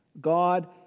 God